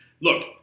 Look